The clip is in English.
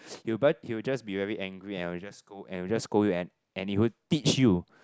he will he will just be very angry and will just scold and will just scold you and and he will teach you